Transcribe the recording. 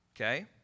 Okay